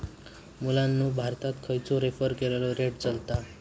मुलांनो भारतात खयचो रेफर केलेलो रेट चलता?